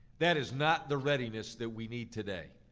that is not the readiness that we need today.